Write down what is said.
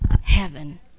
heaven